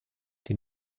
die